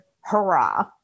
hurrah